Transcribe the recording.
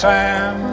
Sam